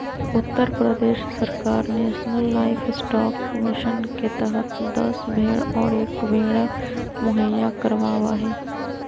उत्तर प्रदेश सरकार national livestock mission के तहद दस भेंड़ और एक भेंड़ा मुहैया करवावा हई